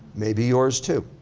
maybe yours too.